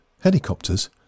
helicopters